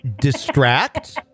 distract